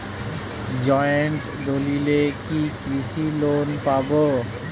Joint দলিলে কি কৃষি লোন পাব?